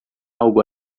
algo